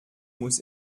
muss